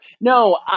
No